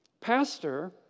Pastor